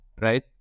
right